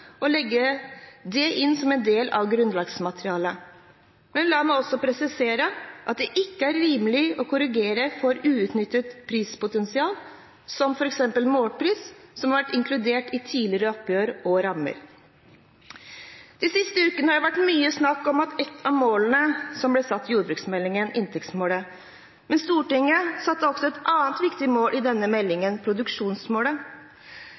og legge det inn som en del av grunnlagsmaterialet. Men la meg også presisere at det ikke er rimelig å korrigere for uutnyttet prispotensial, som f.eks. målpris, som har vært inkludert i tidligere oppgjør og rammer. De siste ukene har det vært mye snakk om et av målene som ble satt i jordbruksmeldingen, inntektsmålet, men Stortinget satte også et annet viktig mål i denne